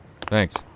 Thanks